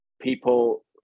people